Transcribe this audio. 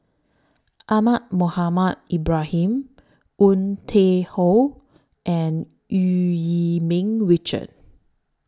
Ahmad Mohamed Ibrahim Woon Tai Ho and EU Yee Ming Richard